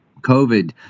COVID